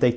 they